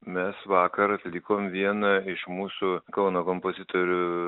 mes vakar atlikom vieną iš mūsų kauno kompozitorių